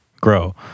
grow